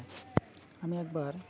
আমি একবার